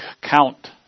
count